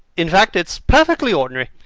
in fact it's perfectly ordinary.